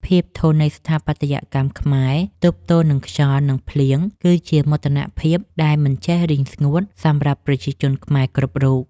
ភាពធន់នៃស្ថាបត្យកម្មខ្មែរទប់ទល់នឹងខ្យល់ និង ភ្លៀងគឺជាមោទនភាពដែលមិនចេះរីងស្ងួតសម្រាប់ប្រជាជនខ្មែរគ្រប់រូប។